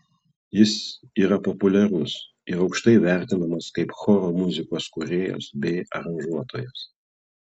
jis yra populiarus ir aukštai vertinamas kaip choro muzikos kūrėjas bei aranžuotojas